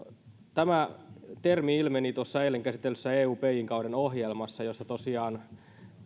tämä termi ilmeni tuosta eilen käsitellystä eu pj kauden ohjelmasta jossa tosiaan